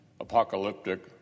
Apocalyptic